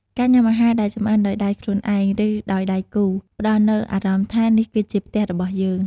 ការញ៉ាំអាហារដែលចម្អិនដោយដៃខ្លួនឯង ឬដោយដៃគូ ផ្តល់នូវអារម្មណ៍ថា "នេះគឺជាផ្ទះរបស់យើង"។